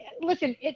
listen